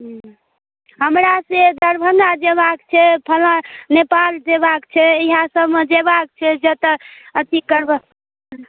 हमरा से दरभंगा जेबाक छै नेपाल जेबाक छै इहए सबमे जेबाक छै जतऽ अथी करबै